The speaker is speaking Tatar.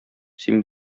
син